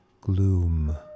gloom